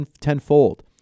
tenfold